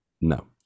No